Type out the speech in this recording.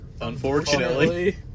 Unfortunately